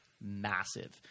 massive